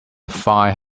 fine